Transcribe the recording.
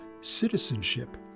citizenship